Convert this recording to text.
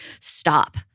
stop